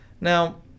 Now